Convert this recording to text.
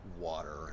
water